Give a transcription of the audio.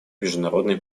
международной